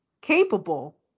capable